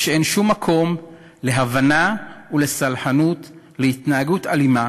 ושאין שום מקום להבנה ולסלחנות כלפי התנהגות אלימה